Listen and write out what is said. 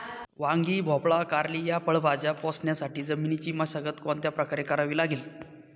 वांगी, भोपळा, कारली या फळभाज्या पोसण्यासाठी जमिनीची मशागत कोणत्या प्रकारे करावी लागेल?